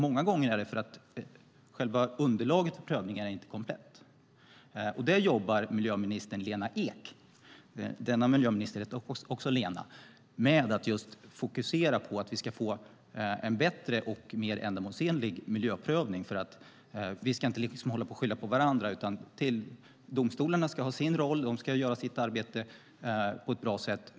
Många gånger beror det på att underlaget för prövningen inte är komplett. Miljöminister Lena Ek - också nuvarande miljöminister heter Lena - jobbar med att fokusera på en bättre och en mer ändamålsenlig miljöprövning. Vi ska inte hålla på och skylla på varandra. Domstolarna ska ha sin roll och ska göra sitt arbete på ett bra sätt.